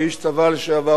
כאיש צבא לשעבר,